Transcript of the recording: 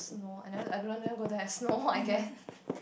no I never I don't wanna go there snow I guess